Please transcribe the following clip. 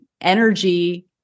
energy